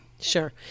Sure